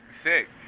sick